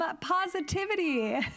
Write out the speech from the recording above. Positivity